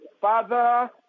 Father